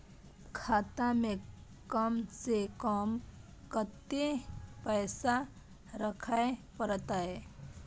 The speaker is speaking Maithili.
खाता में कम से कम कत्ते पैसा रखे परतै?